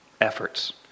efforts